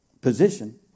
position